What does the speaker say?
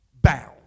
bound